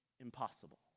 impossible